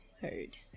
Heard